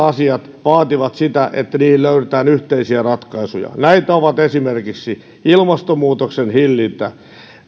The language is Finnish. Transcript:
asiat vaativat sitä että niihin löydetään yhteisiä ratkaisuja näitä ovat esimerkiksi ilmastonmuutoksen hillintä